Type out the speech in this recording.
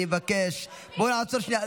אני מבקש, בואו נעצור שנייה.